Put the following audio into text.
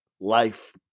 life